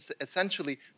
essentially